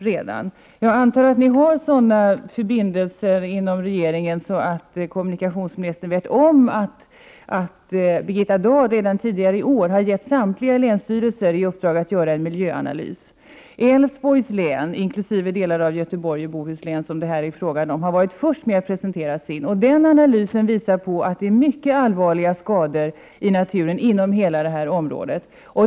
Jag antar att regeringen har sådana förbindelser att kommunikationsministern vet att Birgitta Dahl redan tidigare i år har gett samtliga länsstyrelser i uppdrag att göra en miljöanalys. Älvsborgs län, inkl. delar av Göteborgs och Bohus län, som det här är fråga om, har varit först med att presentera sin miljöanalys. Denna analys visar att naturen har skadats mycket allvarligt inom hela detta område.